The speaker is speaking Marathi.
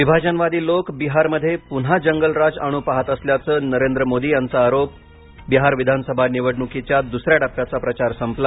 विभाजनवादी लोक बिहारमध्ये पुन्हा जंगल राज आणू पाहत असल्याचं नरेंद्र मोदी यांचा आरोप बिहार विधानसभा निवडणुकीच्या दुसऱ्या टप्प्याचा प्रचार संपला